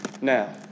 now